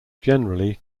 generally